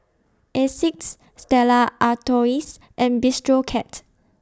Asics Stella Artois and Bistro Cat